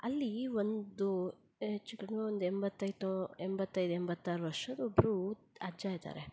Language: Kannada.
ಅಲ್ಲಿ ಒಂದು ಹೆಚ್ಚು ಕಡಿಮೆ ಒಂದು ಎಂಬತ್ತೈದು ತೊ ಎಂಬತ್ತೈದು ಎಂಬತ್ತಾರು ವರ್ಷದ ಒಬ್ಬರು ಅಜ್ಜ ಇದ್ದಾರೆ